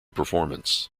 performance